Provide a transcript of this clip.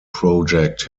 project